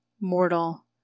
mortal